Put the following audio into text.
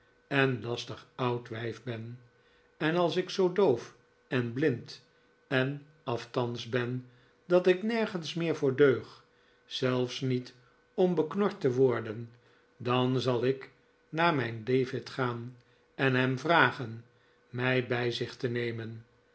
en lastig oud wijf ben en als ik zoo doof en blind en aftandsch ben dat ik nergens meer voor deugv zelfs niet om beknord te worden dan zal ik naar mijn david gaan en hem vragen mij bij zich te nemen